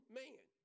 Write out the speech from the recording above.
man